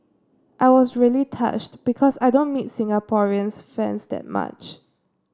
I was really touched because I don't meet Singaporean fans that much